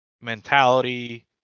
mentality